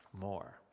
more